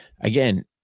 again